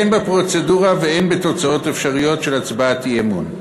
הן בפרוצדורה והן בתוצאות אפשריות של הצבעת אי-אמון.